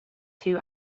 two